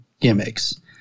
gimmicks